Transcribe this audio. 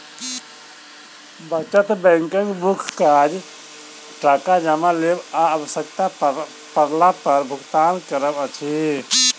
बचत बैंकक मुख्य काज टाका जमा लेब आ आवश्यता पड़ला पर भुगतान करब अछि